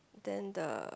then the